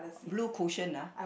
blue cushion lah